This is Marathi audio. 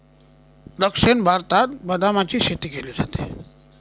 दक्षिण भारतात बदामाची शेती केली जाते